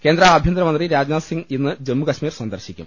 കേന്ദ്ര ആഭ്യന്തരമന്ത്രി രാജ്നാഥ്സിംഗ് ഇന്ന് ജമ്മുകശ്മീർ സന്ദർശിക്കും